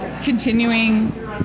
continuing